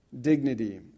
dignity